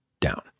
down